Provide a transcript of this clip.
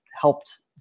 helped